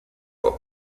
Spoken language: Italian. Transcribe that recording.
può